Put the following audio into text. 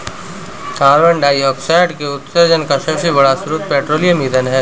carbon dioxide के उत्सर्जन का सबसे बड़ा स्रोत पेट्रोलियम ईंधन है